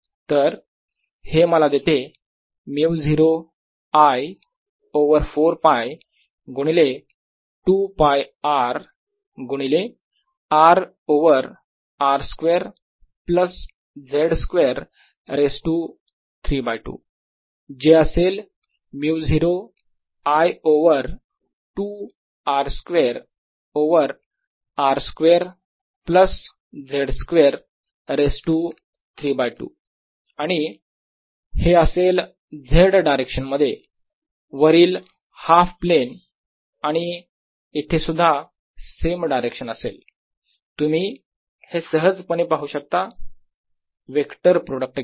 तर हे मला देते μ0 I ओवर 4π गुणिले 2 π R गुणिले R ओवर R square plus z square raise to 3 by 2 जे असेल μ0 I over 2 R square over R square plus z square raise to 3 by 2 आणि हे असेल z डायरेक्शन मध्ये वरील हाल्फ प्लेन आणि इथे सुद्धा सेम डायरेक्शन असेल तुम्ही हे सहजपणे पाहू शकता वेक्टर प्रॉडक्ट घेऊन